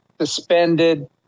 suspended